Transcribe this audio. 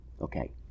Okay